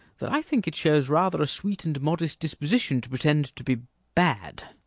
that i think it shows rather a sweet and modest disposition to pretend to be bad.